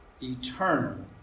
eternal